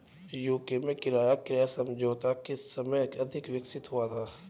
UK में किराया क्रय समझौता किस समय अधिक विकसित हुआ था?